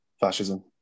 fascism